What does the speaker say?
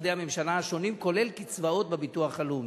במשרדי הממשלה השונים, כולל קצבאות בביטוח הלאומי.